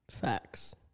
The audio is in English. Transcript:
Facts